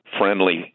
friendly